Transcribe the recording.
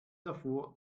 davor